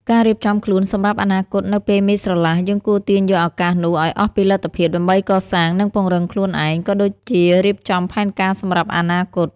ការរៀបចំខ្លួនសម្រាប់អនាគត នៅពេលមេឃស្រឡះ យើងគួរទាញយកឱកាសនោះឲ្យអស់ពីលទ្ធភាព ដើម្បីកសាង និងពង្រឹងខ្លួនឯង ក៏ដូចជារៀបចំផែនការសម្រាប់អនាគត។